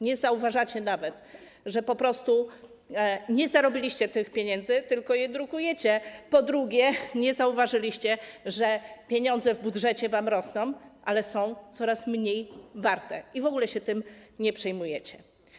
Nie zauważacie nawet, że nie zarobiliście tych pieniędzy, tylko je drukujecie, po drugie, nie zauważyliście, że pieniądze w budżecie wam rosną, ale są coraz mniej warte, i w ogóle się tym nie przejmujecie.